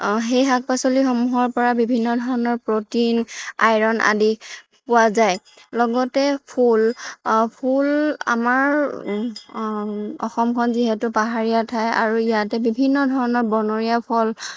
সেই শাক পাচলিসমূহৰ পৰা বিভিন্ন ধৰণৰ প্ৰটিন আইৰন আদি পোৱা যায় লগতে ফুল ফুল আমাৰ অসমখন যিহেতু পাহাৰীয়া ঠাই আৰু ইয়াতে বিভিন্ন ধৰণৰ বনৰীয়া ফল